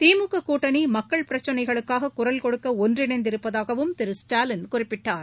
திமுக கூட்டணி மக்கள் பிரச்னைகளுக்காக குரல் கொடுக்க ஒன்றிணைந்திருப்பதாகவும் திரு ஸ்டாலின் குறிப்பிட்டார்